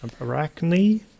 Arachne